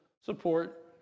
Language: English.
support